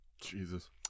Jesus